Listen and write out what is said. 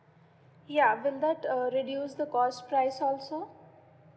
ya will that uh reduce the cost price also